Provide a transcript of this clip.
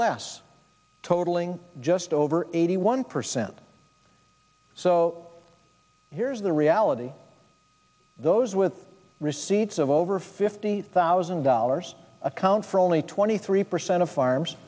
less totaling just over eighty one percent so here's the reality those with receipts of over fifty thousand dollars account for only twenty three percent of farms